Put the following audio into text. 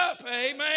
Amen